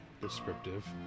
Descriptive